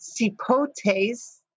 Cipotes